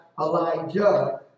Elijah